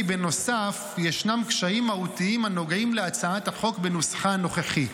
בנוסף ישנם קשיים מהותיים הנוגעים להצעת החוק בנוסחה הנוכחי.